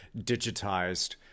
digitized